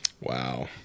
Wow